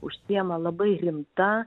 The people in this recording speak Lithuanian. užsiema labai rimta